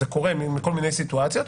זה קורה מכל מיני סיטואציות,